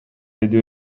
деди